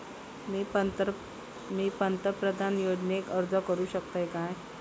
मी पंतप्रधान योजनेक अर्ज करू शकतय काय?